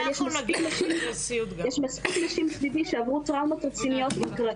יש מספיק נשים סביבי שעברו טראומות רציניות עם כל